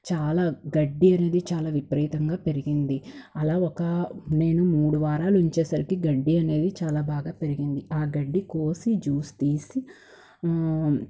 చాలా గడ్డి అనేది చాలా విపరీతంగా పెరిగింది అలా ఒక నేను మూడు వారాలు ఉంచేసరికి గడ్డి అనేది చాలా బాగా పెరిగింది ఆ గడ్డి కోసి జ్యూస్ తీసి